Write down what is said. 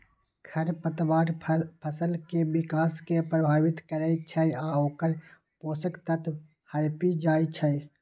खरपतवार फसल के विकास कें प्रभावित करै छै आ ओकर पोषक तत्व हड़पि जाइ छै